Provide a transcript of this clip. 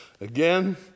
again